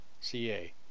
ca